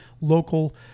local